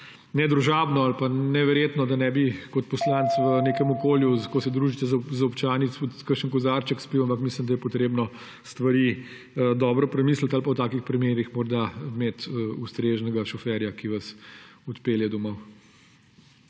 nedružabno ali pa neverjetno, da ne bi kot poslanec v nekem okolju, ko se družite z občani, tudi kakšnega kozarčka spili, ampak mislim, da je potrebno stvari dobro premisliti ali pa v takih primerih morda imeti ustreznega šoferja, ki vas odpelje domov.